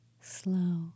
slow